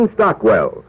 Stockwell